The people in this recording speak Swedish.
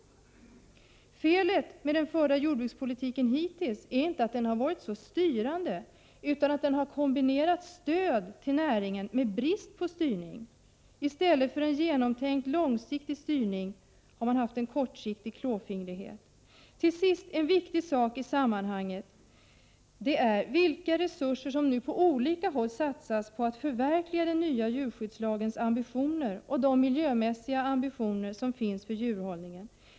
Felet med den hittills förda jordbrukspolitiken är inte att den varit så styrande utan att den kombinerat stöd till näringen med brist på styrning. I stället för en genomtänkt långsiktig styrning har man haft en kortsiktig klåfingrighet. Sist vill jag ta upp en viktig sak i sammanhanget. Det gäller vilka resurser som nu på olika håll skall satsas för att förverkliga den nya djurskyddslagens ambitioner och de miljömässiga ambitioner som finns för djurhållningen.